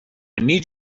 need